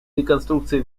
реконструкции